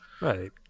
right